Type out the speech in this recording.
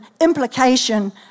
implication